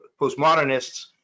postmodernists